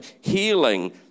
healing